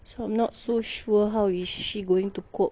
so I'm not so sure how is she going to cope